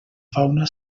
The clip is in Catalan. fauna